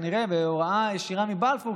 כנראה בהוראה ישירה מבלפור,